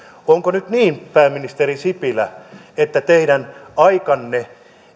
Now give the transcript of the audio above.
onko nyt niin pääministeri sipilä että teidän aikanne